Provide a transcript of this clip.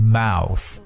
mouth